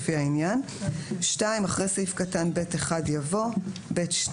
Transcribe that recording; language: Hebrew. לפי העניין,"; (2) אחרי סעיף קטן (ב1) יבוא: "(ב2)